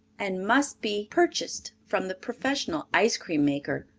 and must be purchased from the professional ice-cream maker,